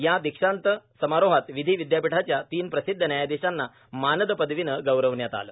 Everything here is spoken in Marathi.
या दिक्षांत समारोहात विधी विद्यापीठाच्या तीन प्रसिध्द न्यायाधीशांना मानद पदवीनं गौरवण्यात आलं